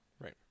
Right